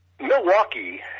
Milwaukee